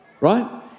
right